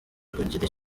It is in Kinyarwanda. kugira